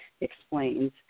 explains